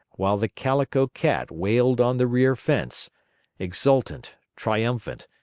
while the calico cat wailed on the rear fence exultant, triumphant,